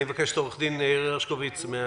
אני מבקש את עו"ד יאיר הרשקוביץ מן